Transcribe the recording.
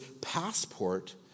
passport